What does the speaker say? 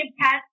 test